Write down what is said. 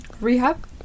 Rehab